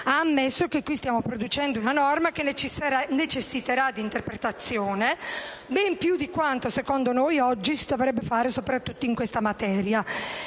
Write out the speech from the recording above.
ha ammesso che qui stiamo producendo una norma che necessiterà di interpretazione ben più di quanto, secondo noi, oggi si dovrebbe fare soprattutto in questa materia.